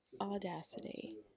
audacity